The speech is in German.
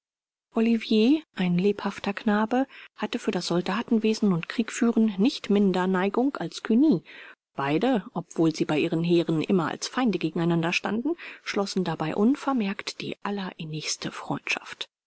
olivier ein lebhafter knabe hatte für das soldatenwesen und kriegführen nicht minder neigung als cugny beide obwohl sie bei ihren heeren immer als feinde gegen einander standen schlossen dabei unvermerkt die allerinnigste freundschaft